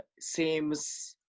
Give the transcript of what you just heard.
seems